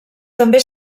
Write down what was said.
també